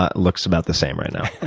ah looks about the same right now.